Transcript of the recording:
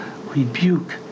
rebuke